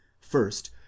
first